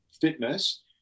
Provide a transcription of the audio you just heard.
fitness